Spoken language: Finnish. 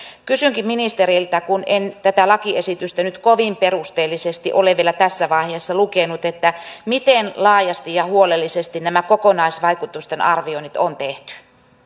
kysynkin ministeriltä kun en tätä lakiesitystä nyt kovin perusteellisesti ole vielä tässä vaiheessa lukenut miten laajasti ja huolellisesti nämä kokonaisvaikutusten arvioinnit on tehty